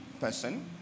person